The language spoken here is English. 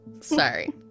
Sorry